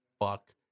fuck